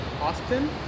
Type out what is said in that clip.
Austin